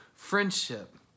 friendship